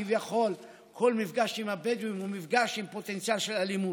שכביכול כל מפגש עם הבדואים הוא מפגש עם פוטנציאל של אלימות.